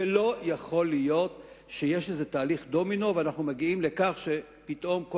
זה לא יכול להיות שיש איזה תהליך דומינו ואנחנו מגיעים לכך שפתאום כל